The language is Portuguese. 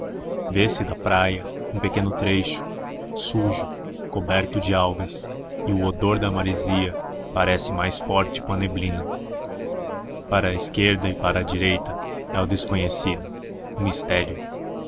marulho vê-se da praia um pequeno trecho sujo coberto de algas e o odor da maresia parece mais forte com a neblina para a esquerda e para a direita é o desconhecido o mistério